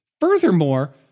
Furthermore